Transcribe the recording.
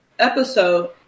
episode